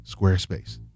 Squarespace